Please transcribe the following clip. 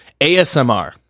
ASMR